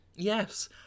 Yes